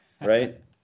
right